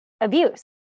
abuse